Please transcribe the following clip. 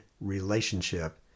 relationship